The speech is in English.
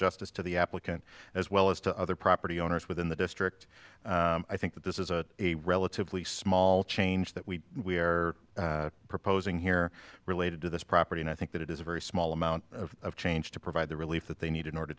justice to the applicant as well as to other property owners within the district i think that this is a relatively small change that we we are proposing here related to this property and i think that it is a very small amount of change to provide the relief that they need in order